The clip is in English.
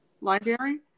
library